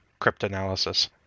cryptanalysis